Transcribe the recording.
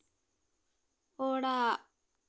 ᱚᱲᱟᱜ